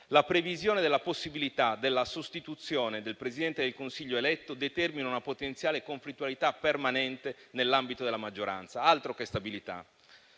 la previsione della possibilità della sostituzione del Presidente del Consiglio eletto determina una potenziale conflittualità permanente nell'ambito della maggioranza. Altro che stabilità!